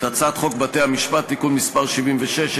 הצעת חוק בתי-המשפט (תיקון מס' 76),